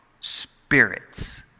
spirits